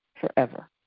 forever